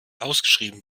ausgeschrieben